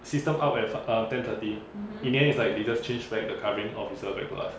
system up at uh ten thirty in the end is like they just change back the covering officer back to us